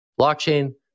blockchain